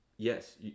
Yes